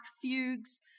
fugues